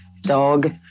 dog